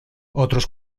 otros